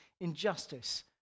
injustice